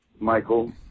Michael